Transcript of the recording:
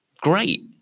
great